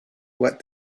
what